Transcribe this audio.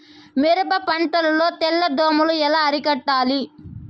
మిరప పంట లో తెల్ల దోమలు ఎలా అరికట్టాలి?